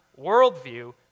worldview